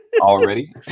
already